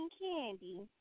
candy